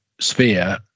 sphere